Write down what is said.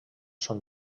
són